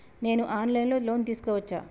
నేను online లో loan తీసుకోవచ్చా?